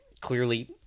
Clearly